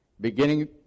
Beginning